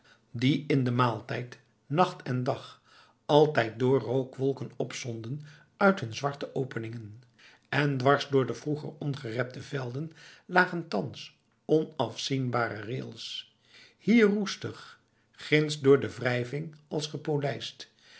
die in de maaltijd nacht en dag altijd door rookwolken opzonden uit hun zwarte openingen en dwars door de vroeger ongerepte velden lagen thans onafzienbare rails hier roestig ginds door de wrijving als gepolijst